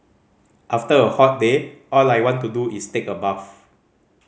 after a hot day all I want to do is take a bath